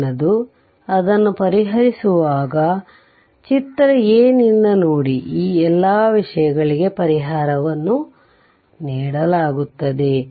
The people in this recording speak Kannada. ಮುಂದಿನದು ಅದನ್ನು ಪರಿಹರಿಸುವಾಗ ಫಿಗರ್ a ನಿಂದ ನೋಡಿ ಈ ಎಲ್ಲ ವಿಷಯಗಳಿಗೆ ಪರಿಹಾರಗಳನ್ನು ನೀಡಲಾಗುತ್ತದೆ